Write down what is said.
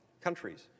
countries